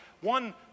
one